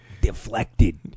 deflected